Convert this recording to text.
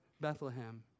Bethlehem